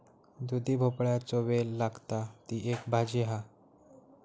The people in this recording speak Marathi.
दुधी भोपळ्याचो वेल लागता, ती एक भाजी हा